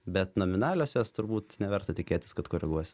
bet nominaliosios turbūt neverta tikėtis kad koreguos